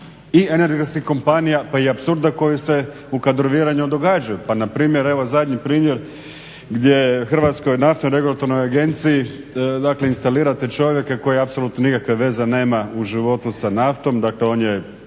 i energetskih kompanija, pa i apsurda koji se u kadroviranju događao. Pa na primjer evo zadnji primjer gdje Hrvatskoj naftnoj regulatornoj agenciji, dakle instalirate čovjeka koji apsolutno nikakve veze nema u životu sa naftom. Dakle, on je